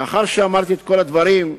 לאחר שאמרתי את כל הדברים,